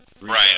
Right